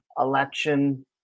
election